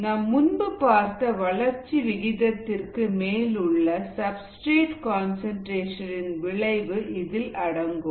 நாம் முன்பு பார்த்த வளர்ச்சி விகிதத்திற்கு மேலுள்ள சப்ஸ்டிரேட் கன்சன்ட்ரேஷன் இன் விளைவு இதில் அடங்கும்